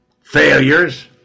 failures